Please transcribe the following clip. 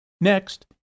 Next